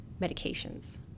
medications